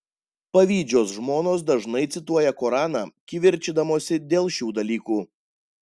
pavydžios žmonos dažnai cituoja koraną kivirčydamosi dėl šių dalykų